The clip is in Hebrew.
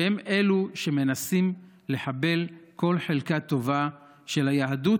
שהם אלו שמנסים לחבל כל חלקה טובה של היהדות,